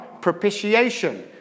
propitiation